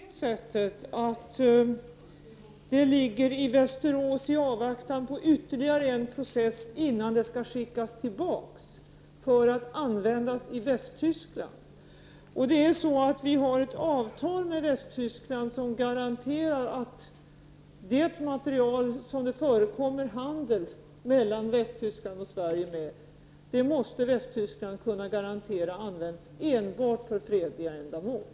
Herr talman! Det förhåller sig på det sättet att materialet ligger i Västerås i avvaktan på ytterligare en process innan det skickas tillbaka för att användas i Västtyskland. Vi har ju ett avtal med Västtyskland som säkerställer att Västtyskland när det gäller material som det förekommer handel med mellan Västtyskland och Sverige måste kunna garantera att detta används enbart för fredliga ändamål.